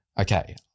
okay